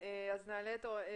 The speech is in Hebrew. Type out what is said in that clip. אבל רק בנוכחות של עובדת סוציאלית.